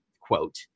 quote